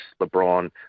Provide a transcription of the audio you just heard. LeBron